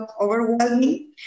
overwhelming